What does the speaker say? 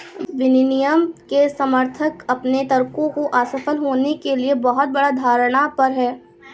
विनियमन के समर्थक अपने तर्कों को असफल होने के लिए बहुत बड़ा धारणा पर हैं